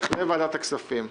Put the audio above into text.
לוועדת הכספים.